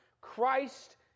Christ